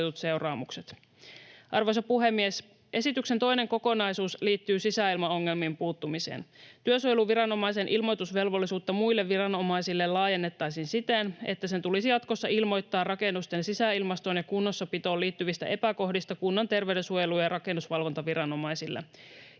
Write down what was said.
Arvoisa puhemies! Esityksen toinen kokonaisuus liittyy sisäilmaongelmiin puuttumiseen. Työsuojeluviranomaisen ilmoitusvelvollisuutta muille viranomaisille laajennettaisiin siten, että sen tulisi jatkossa ilmoittaa rakennusten sisäilmastoon ja kunnossapitoon liittyvistä epäkohdista kunnan terveydensuojelu- ja rakennusvalvontaviranomaisille.